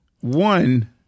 One